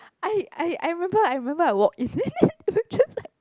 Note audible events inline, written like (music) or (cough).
I I I remember I remember I walk is it (laughs) just like